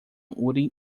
urim